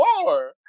more